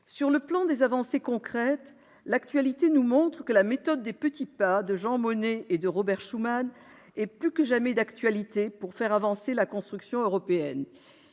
Sur le plan des avancées concrètes, l'actualité nous montre que la méthode des « petits pas » de Jean Monnet et de Robert Schuman est plus que jamais d'actualité pour faire avancer la construction européenne.